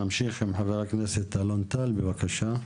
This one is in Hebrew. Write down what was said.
נמשיך עם חה"כ אלון טל, בבקשה.